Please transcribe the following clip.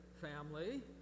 family